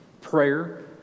Prayer